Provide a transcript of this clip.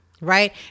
right